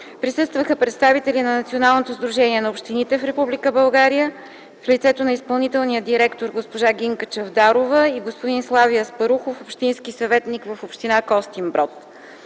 дирекция; представители на Националното сдружение на общините в Република България в лицето на изпълнителния директор госпожа Гинка Чавдарова и господин Слави Аспарухов, общински съветник в община Костинброд.